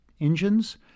engines